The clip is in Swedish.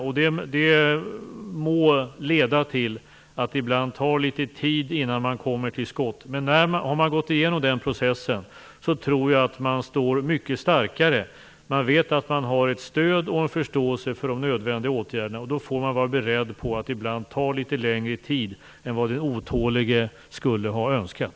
Det må leda till att det ibland tar litet tid innan man kommer till skott. Men har man gått igenom den processen tror jag att man står mycket starkare. Man vet att man har ett stöd och en förståelse för de nödvändiga åtgärderna, och då får man vara beredd på att ibland ta litet längre tid på sig än vad den otålige skulle ha önskat.